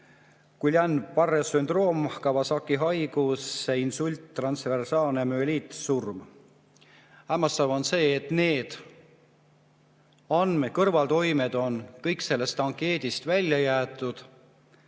Guillain-Barré sündroom, Kawasaki haigus, insult, transversaalne müeliit, surm. Hämmastav on see, et need kõrvaltoimed on kõik sellest ankeedist välja jäetud.